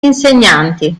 insegnanti